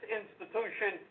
institution